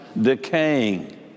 decaying